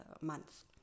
months